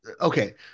Okay